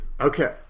Okay